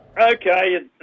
Okay